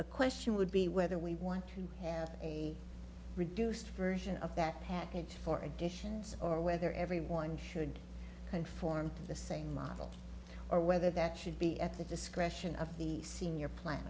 a question would be whether we want to have a reduced version of that package for additions or whether everyone should conform the same model or whether that should be at the discretion of the senior plan